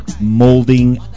Molding